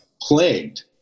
plagued